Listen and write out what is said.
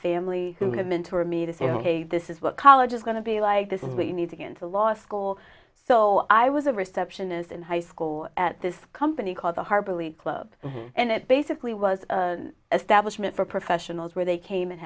family who would have been to a me to say ok this is what college is going to be like this is what you need to get into law school so i was a receptionist in high school at this company called the harbor league club and it basically was established for professionals where they came and